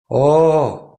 ooo